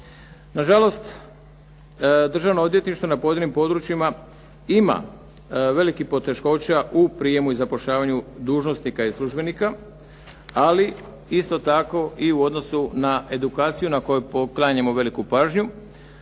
Nažalost Državno odvjetništvo na pojedinim područjima ima velikih poteškoća u prijemu i zapošljavanju dužnosnika i službenika, ali isto tako i u odnosu na edukaciju kojoj poklanjamo veliku pažnju